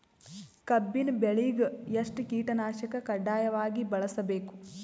ಕಬ್ಬಿನ್ ಬೆಳಿಗ ಎಷ್ಟ ಕೀಟನಾಶಕ ಕಡ್ಡಾಯವಾಗಿ ಬಳಸಬೇಕು?